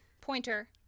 Pointer